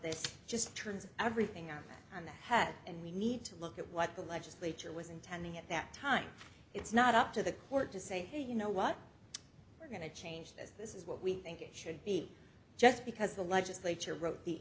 this just turns everything out on the head and we need to look at what the legislature was intending at that time it's not up to the court to say hey you know what we're going to change this this is what we think it should be just because the legislature wrote the